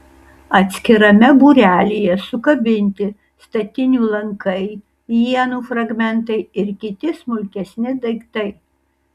atskirame būrelyje sukabinti statinių lankai ienų fragmentai ir kiti smulkesni daiktai